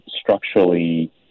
structurally